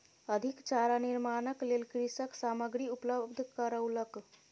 अधिक चारा निर्माणक लेल कृषक सामग्री उपलब्ध करौलक